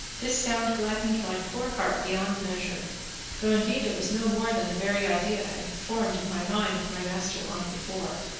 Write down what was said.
this sound gladdened my poor heart beyond measure though indeed it was no more than the very idea i had formed in my mind of my master long before,